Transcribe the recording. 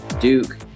Duke